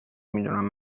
میدونم